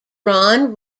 ron